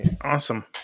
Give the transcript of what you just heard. Awesome